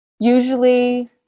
Usually